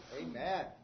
Amen